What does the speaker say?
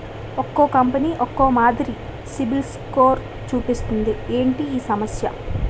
ఒక్కో కంపెనీ ఒక్కో మాదిరి సిబిల్ స్కోర్ చూపిస్తుంది ఏంటి ఈ సమస్య?